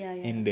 ya ya